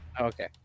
okay